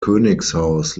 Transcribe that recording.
königshaus